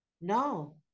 No